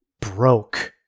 broke